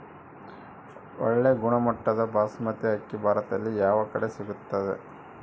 ಒಳ್ಳೆ ಗುಣಮಟ್ಟದ ಬಾಸ್ಮತಿ ಅಕ್ಕಿ ಭಾರತದಲ್ಲಿ ಯಾವ ಕಡೆ ಸಿಗುತ್ತದೆ?